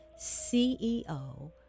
CEO